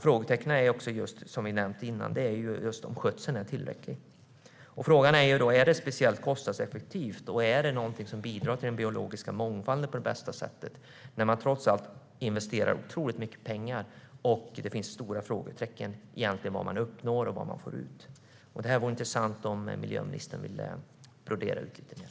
Frågetecknen gäller, som vi har nämnt tidigare, om skötseln är tillräcklig. Frågan är om detta är speciellt kostnadseffektivt och om det är någonting som bidrar till den biologiska mångfalden på det bästa sättet när man trots allt investerar otroligt mycket pengar och när det finns stora frågetecken när det gäller vad man egentligen uppnår och får ut. Det vore intressant om miljöministern ville brodera ut detta lite mer.